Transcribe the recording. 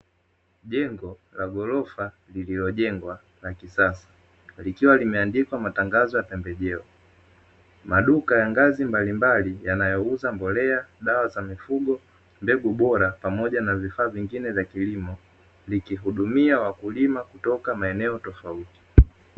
Jengo la gorofa lililojengwa kisasa likiwa na tangazo lililoandilwa pembejeo, maduka ya ngazi mbalimbali yanayouza pembejeo, mbegu bora pamoja na vifaa vingine vya kilimo vikihudumia wakulima kutoka maeneo tofauti.